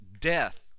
death